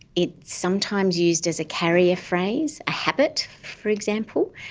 it's sometimes used as a carrier phrase, a habit, for example.